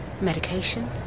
Medication